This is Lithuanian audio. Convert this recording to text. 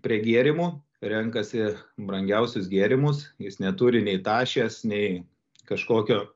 prie gėrimų renkasi brangiausius gėrimus jis neturi nei tašės nei kažkokio